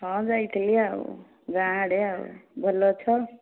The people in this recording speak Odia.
ହଁ ଯାଇଥିଲି ଆଉ ଗାଁ ଆଡ଼େ ଆଉ ଭଲ ଅଛ